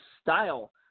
style